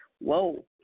whoa